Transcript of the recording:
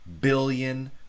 billion